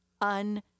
un